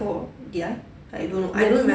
did I I don't know